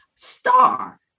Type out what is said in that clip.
Star